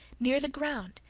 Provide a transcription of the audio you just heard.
near the ground,